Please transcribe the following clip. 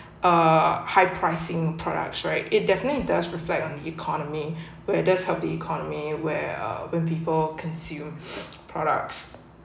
uh high pricing products right it definitely does reflect on the economy where does help the economy where uh when people consume products